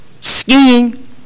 skiing